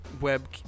web